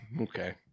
Okay